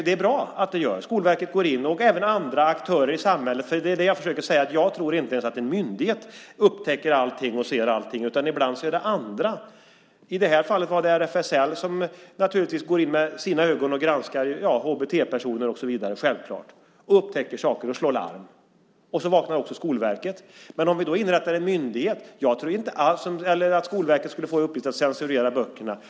Det är bra att det görs och att Skolverket och även andra aktörer i samhället går in. Det är vad jag försöker säga. Jag tror inte ens att en myndighet upptäcker allting och ser allting. Ibland är det andra som gör det. I det här fallet är det RFSL som går in med sina ögon och granskar vad som står om HBT-personer och så vidare. Det är självklart. Man upptäcker saker och slår larm, och så vaknar också Skolverket. Det vore annorlunda om vi inrättade en myndighet. Jag tror inte att Skolverket borde få i uppgift att censurera böckerna.